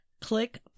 Click